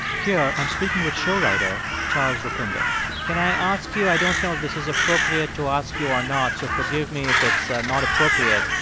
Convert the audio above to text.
here, i'm speaking with show writer charles rukundo can i ask you? i don't know if this is appropriate to ask you or not, so forgive me if it's not appropriate,